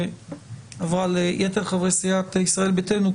ועברה ליתר חברי סיעת ישראל ביתנו,